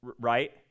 right